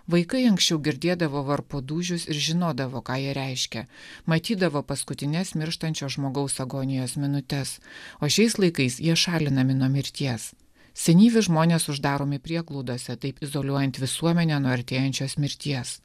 vaikai anksčiau girdėdavo varpo dūžius ir žinodavo ką jie reiškia matydavo paskutines mirštančio žmogaus agonijos minutes o šiais laikais jie šalinami nuo mirties senyvi žmonės uždaromi prieglaudose taip izoliuojant visuomenę nuo artėjančios mirties